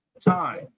time